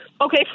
Okay